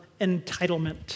entitlement